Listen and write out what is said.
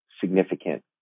significant